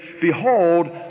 Behold